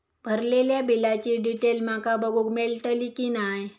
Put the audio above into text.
भरलेल्या बिलाची डिटेल माका बघूक मेलटली की नाय?